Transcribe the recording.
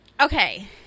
Okay